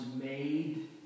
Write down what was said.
made